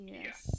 Yes